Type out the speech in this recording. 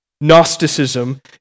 Gnosticism